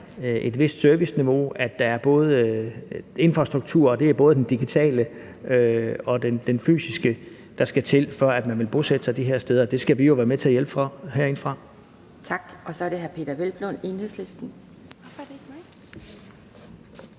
et vist serviceniveau, at der er infrastruktur, og det er både den digitale og den fysiske, der skal til, for at man vil bosætte sig de her steder. Og det skal vi jo være med til at hjælpe med herindefra. Kl. 16:46 Anden næstformand